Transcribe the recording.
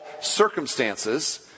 circumstances